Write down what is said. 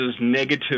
negative